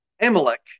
Amalek